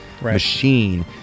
machine